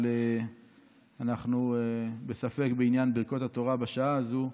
אבל אנחנו בספק בעניין ברכות התורה בשעה הזאת,